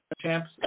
champs